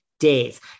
days